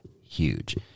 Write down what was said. huge